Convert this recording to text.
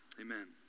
amen